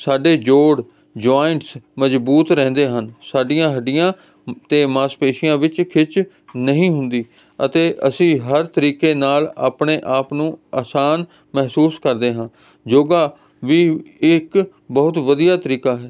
ਸਾਡੇ ਜੋੜ ਜੁਇੰਟਸ ਮਜ਼ਬੂਤ ਰਹਿੰਦੇ ਹਨ ਸਾਡੀਆਂ ਹੱਡੀਆਂ ਅਤੇ ਮਾਸਪੇਸ਼ੀਆਂ ਵਿੱਚ ਖਿੱਚ ਨਹੀਂ ਹੁੰਦੀ ਅਤੇ ਅਸੀਂ ਹਰ ਤਰੀਕੇ ਨਾਲ ਆਪਣੇ ਆਪ ਨੂੰ ਆਸਾਨ ਮਹਿਸੂਸ ਕਰਦੇ ਹਾਂ ਯੋਗਾ ਵੀ ਇੱਕ ਬਹੁਤ ਵਧੀਆ ਤਰੀਕਾ ਹੈ